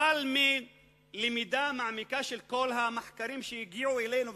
אבל מלמידה מעמיקה של כל המחקרים שהגיעו אלינו,